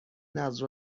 نذر